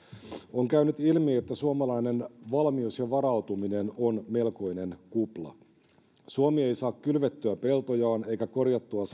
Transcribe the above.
on käynyt ilmi että suomalainen valmius ja varautuminen on melkoinen kupla suomi ei saa kylvettyä peltojaan eikä korjattua